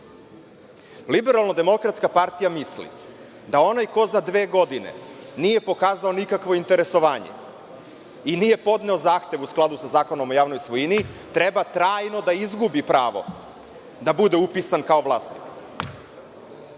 sektor. Liberalno demokratska partija misli da onaj ko za dve godine nije pokazao nikakvo interesovanje i nije podneo zahtev u skladu sa Zakonom o javnoj svojini, treba trajno da izgubi pravo da bude upisan kao vlasnik,